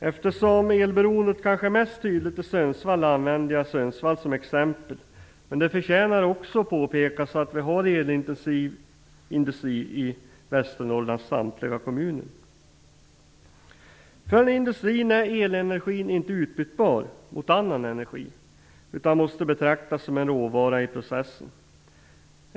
Eftersom elberoendet kanske är mest tydligt i Sundsvall använder jag Sundsvall som exempel, men det förtjänar också att påpekas att vi har elintensiv industri i Västernorrlands samtliga kommuner. För den här industrin är elenergin inte utbytbar mot annan energi, utan måste betraktas som en råvara i processen.